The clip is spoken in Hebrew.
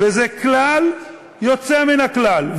וזה כלל יוצא מן הכלל,